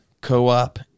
co-op